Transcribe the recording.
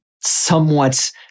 somewhat